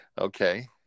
Okay